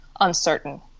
uncertain